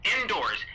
indoors